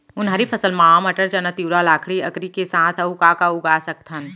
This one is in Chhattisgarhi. उनहारी फसल मा मटर, चना, तिंवरा, लाखड़ी, अंकरी के साथ अऊ का का उगा सकथन?